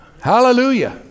Hallelujah